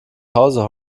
hause